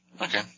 Okay